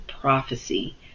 Prophecy